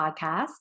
Podcast